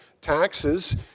taxes